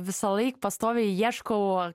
visąlaik pastoviai ieškau